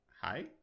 hi